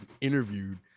interviewed